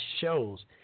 shows